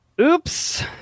Oops